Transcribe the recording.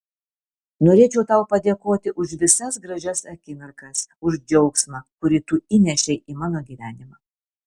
norėčiau tau padėkoti už visas gražias akimirkas už džiaugsmą kurį tu įnešei į mano gyvenimą